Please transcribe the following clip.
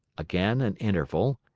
again an interval,